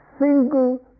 single